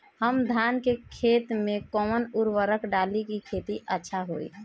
हम धान के खेत में कवन उर्वरक डाली कि खेती अच्छा होई?